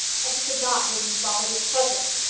and he could not rid himself of its presence.